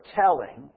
telling